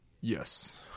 Yes